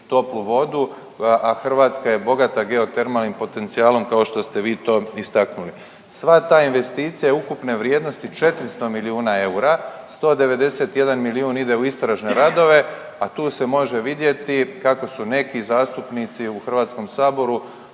toplu vodu, a Hrvatska je bogata geotermalnim potencijalom kao što ste vi to istaknuli. Sva za investicija ukupne vrijednosti 400 milijuna eura, 191 milijun ide u istražne radove, a tu se može vidjeti kako su neki zastupnici u Hrvatskom saboru